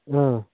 اۭں